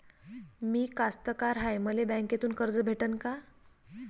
मी कास्तकार हाय, मले बँकेतून कर्ज भेटन का?